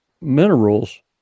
minerals